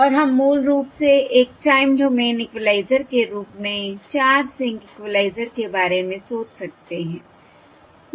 और हम मूल रूप से एक टाइम डोमेन इक्वलाइज़र के रूप में 4 सिंक इक्वलाइज़र के बारे में सोच सकते हैं